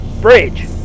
Bridge